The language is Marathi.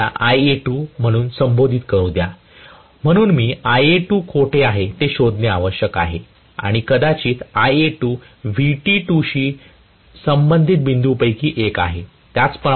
मला याला Ia2 म्हणून संबोधित करू द्या म्हणून मी Ia2 कोठे आहे ते शोधणे आवश्यक आहे आणि कदाचित Ia2 Vt2 शी संबंधित बिंदूंपैकी हे एक आहे